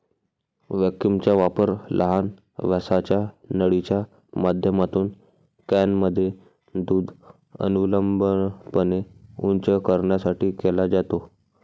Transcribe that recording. व्हॅक्यूमचा वापर लहान व्यासाच्या नळीच्या माध्यमातून कॅनमध्ये दूध अनुलंबपणे उंच करण्यासाठी केला जातो